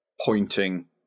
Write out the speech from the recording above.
pointing